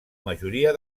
majoria